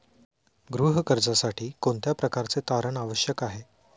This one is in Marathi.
गृह कर्जासाठी कोणत्या प्रकारचे तारण आवश्यक आहे?